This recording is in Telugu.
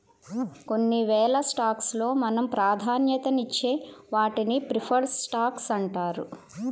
కొన్ని వేల స్టాక్స్ లో మనం ప్రాధాన్యతనిచ్చే వాటిని ప్రిఫర్డ్ స్టాక్స్ అంటారు